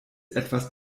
etwas